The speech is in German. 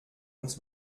uns